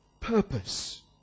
purpose